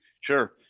Sure